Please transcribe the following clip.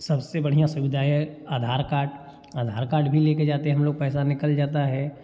सबसे बढ़िया सुविधा यह है आधार कार्ड आधार कार्ड भी लेके जाते हैं हम लोग पैसा निकल जाता है